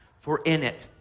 for in it,